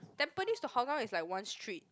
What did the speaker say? Tampines to Hougang is like one street